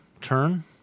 turn